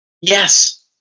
Yes